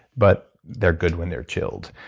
but they're good when they're chilled.